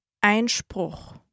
Einspruch